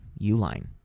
uline